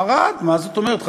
ערד, מה זאת אומרת.